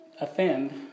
offend